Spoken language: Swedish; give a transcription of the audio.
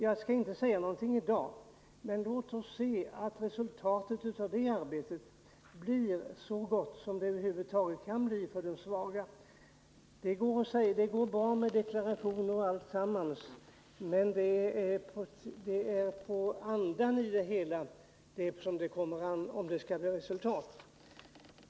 Jag skall inte säga mer i dag, men låt oss hoppas att resultatet av detta arbete blir så gott som det över huvud taget kan bli för de svaga. Det är bra med deklarationer och allt sådant, men det är på andan i det hela som det kommer an om det skall bli resultat.